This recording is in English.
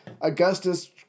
Augustus